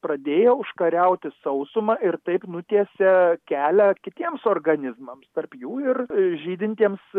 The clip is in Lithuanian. pradėjo užkariauti sausumą ir taip nutiesė kelią kitiems organizmams tarp jų ir žydintiems